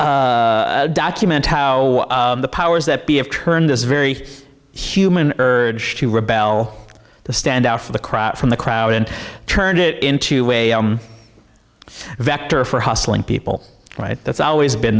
document how the powers that be have turned this very human urge to rebel the standout for the crap from the crowd and turned it into a vector for hustling people right that's always been